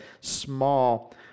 small